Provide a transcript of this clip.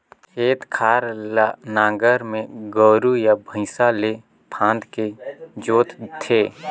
खेत खार ल नांगर में गोरू या भइसा ले फांदके जोत थे